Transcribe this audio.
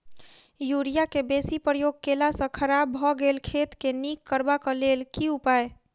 Urea केँ बेसी प्रयोग केला सऽ खराब भऽ गेल खेत केँ नीक करबाक लेल की उपाय?